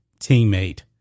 teammate